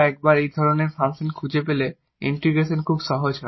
এবং একবার আমরা এই ধরনের একটি ফাংশন খুঁজে পেলে ইন্টিগ্রেশন খুব সহজ হয়